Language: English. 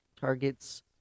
targets